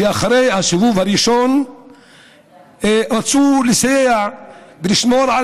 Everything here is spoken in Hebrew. שאחרי הסיבוב הראשון רצו לסייע ולשמור על